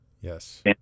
yes